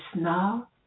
now